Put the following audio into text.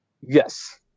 Yes